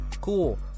cool